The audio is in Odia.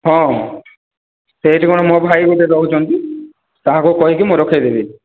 ହଁ ସେଇଠି ପା ମୋ ଭାଇ ଗୋଟିଏ ରହୁଛନ୍ତି ତାହାଙ୍କୁ କହିକି ମୁଁ ରଖେଇଦେବି